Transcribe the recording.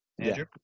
Andrew